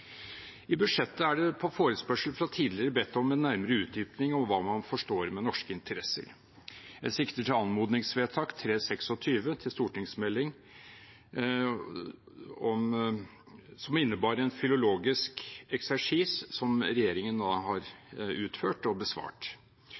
I budsjettet er det på forespørsel fra tidligere bedt om en nærmere utdypning av hva man forstår med norske interesser. Jeg sikter til anmodningsvedtak nr. 326 til stortingsmeldingen, som innebar en filologisk eksersis som regjeringen nå har